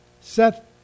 Seth